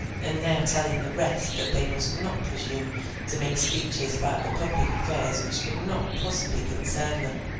and now telling the rest that they must not presume to make speeches about the public affairs which could not possibly concern them